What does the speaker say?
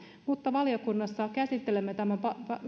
valiokunnassa käsittelemme tämän